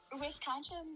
Wisconsin